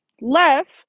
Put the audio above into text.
left